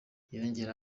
yongeyeho